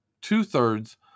Two-thirds